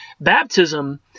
baptism